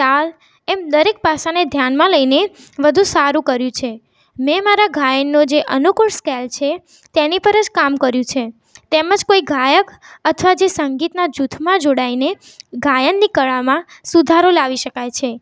તાલ એમ દરેક પાસાને ધ્યાનમાં લઇને વધુ સારું કર્યું છે મેં મારાં ગાયનનો જે અનુકૂળ સ્કેલ છે તેની પર જ કામ કર્યું છે તેમ જ કોઇ ગાયક અથવા જે સંગીતનાં જૂથમાં જોડાઇને ગાયનની કળામાં સુધારો લાવી શકાય છે